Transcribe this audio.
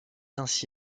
ainsi